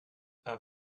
are